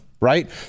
right